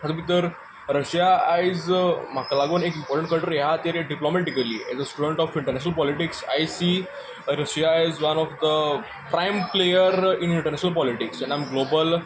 तातूंत भितर रशिया आयज म्हाका लागून एक फोरन कंट्री ह्या खातीर diplomatically as a student of international politics I see Russia as one of the prime player in international politics जेन्ना आमी ग्लोबल